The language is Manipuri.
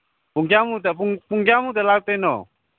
ꯄꯨꯡ ꯀꯌꯥꯃꯨꯛꯇ ꯄꯨꯡ ꯄꯨꯡ ꯀꯌꯥꯃꯨꯛꯇ ꯂꯥꯛꯇꯣꯏꯅꯣ